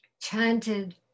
chanted